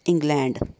England